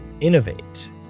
Innovate